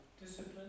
Discipline